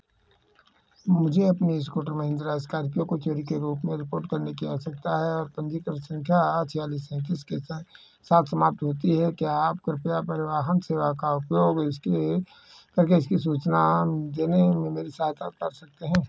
मुझे अपने scooter Mahindra Scorpio को चोरी के रूप में रिपोर्ट करने की आवश्यकता है और पंजीकरण संख्या छियालीस सैंतीस के साथ साथ समाप्त होती है क्या आप कृपया परिवाहन सेवा का उपयोग इसके लिए करके इसके सूचना देने में मेरी सहायता कर सकते हैं